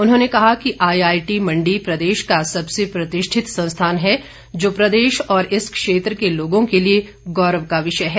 उन्होंने कहा कि आईआईटी मंडी प्रदेश का सबसे प्रतिष्ठित संस्था है जो प्रदेश और इस क्षेत्र के लोगों के लिए गौरव का विषय है